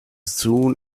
soon